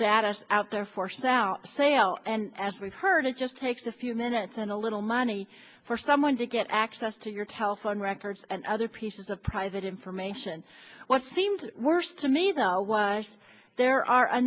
data out there for south sale and as we've heard it just takes a few minutes and a little money for someone to get access to your telephone records and other pieces of private information what seems worse to me that there are a